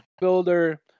Builder